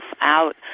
out